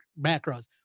macros